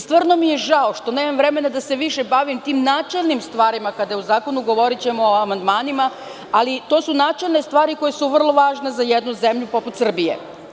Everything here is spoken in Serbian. Stvarno mi je žao što nemam vremena da se više bavim tim načelnim stvarima kada je o zakonu reč, govorićemo o amandmanima, ali to su načelne stvari koje su vrlo važne za jednu zemlju poput Srbije.